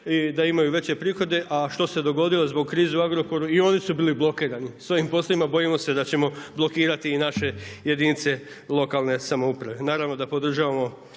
i da imaju veće prihode, a što se dogodilo, zbog krize u Agrokoru, i oni su bili blokirani, s ovim poslovima bojimo se da ćemo blokirati i naše jedinice lokalne samouprave. Naravno da podržavamo